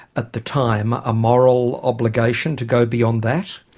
at the time, a moral obligation to go beyond that?